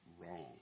wrong